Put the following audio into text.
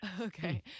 Okay